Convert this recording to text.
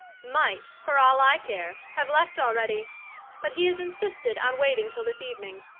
might, for all i care, have left already but he has insisted on waiting till this evening.